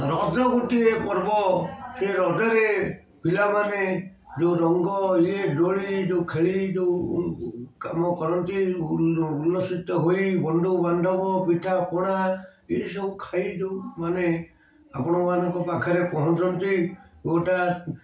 ରଜ ଗୋଟିଏ ପର୍ବ ସେ ରଜରେ ପିଲାମାନେ ଯେଉଁ ରଙ୍ଗ ଇଏ ଦୋଳି ଯେଉଁ ଖେଳି ଯେଉଁ କାମ କରନ୍ତି ଉଲ୍ଲସିତ ହୋଇ ବନ୍ଧୁ ବାନ୍ଧବ ପିଠା ପଣା ଏସବୁ ଖାଇ ଯେଉଁମାନେ ଆପଣମାନଙ୍କ ପାଖରେ ପହଞ୍ଚନ୍ତି ଗୋଟା